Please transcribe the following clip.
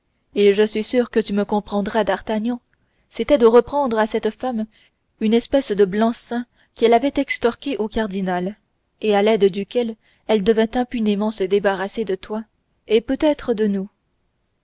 et je suis sûr que tu me comprendras d'artagnan c'était de reprendre à cette femme une espèce de blanc seing qu'elle avait extorqué au cardinal et à l'aide duquel elle devait impunément se débarrasser de toi et peut-être de nous